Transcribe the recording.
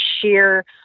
sheer